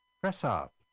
Press-up